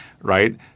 right